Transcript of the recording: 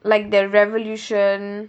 like the revolution